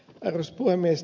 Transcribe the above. arvoisa puhemies